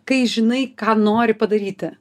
kai žinai ką nori padaryti